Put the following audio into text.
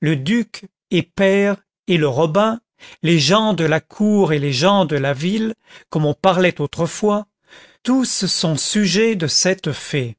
le duc et pair et le robin les gens de la cour et les gens de la ville comme on parlait autrefois tous sont sujets de cette fée